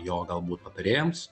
jo galbūt patarėjams